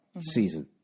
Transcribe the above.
season